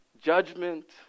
judgment